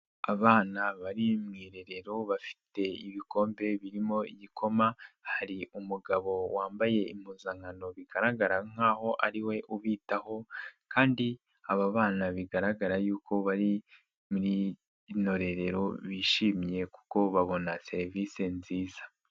Abana bari mwirerero bafite ibikombe birimo igikoma, hari umugabo wambaye impuzankano bigaragara nkaho ari we ubitaho kandi aba bana bigaragara yuko bari muri rino rerero bishimye kuko babona serivise nziza.